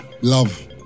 Love